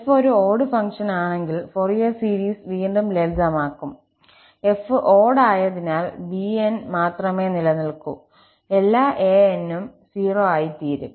𝑓 ഒരു ഓട് ഫംഗ്ഷനാണെങ്കിൽ Fourier series വീണ്ടും ലളിതമാക്കും 𝑓 ഓട് ആയതിനാൽ bns മാത്രമേ നിലനിൽക്കൂ എല്ലാ 𝑎n′𝑠 ഉം 0 ആയിത്തീരും